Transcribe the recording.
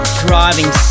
driving